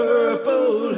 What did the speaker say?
Purple